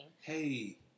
Hey